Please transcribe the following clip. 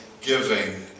giving